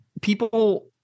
people